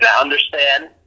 understand